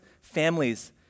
families